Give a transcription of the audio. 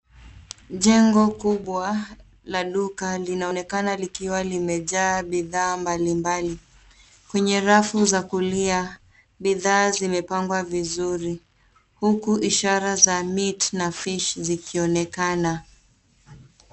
Jengo kubwa la duka linaonekana likiwa limejaa bidhaa mbalimbali. Kwenye rafu za kulia, bidhaa zimepangwa vizuri huku ishara za meat na fish zikionekana.